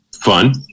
fun